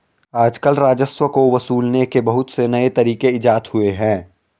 आजकल राजस्व को वसूलने के बहुत से नये तरीक इजात हुए हैं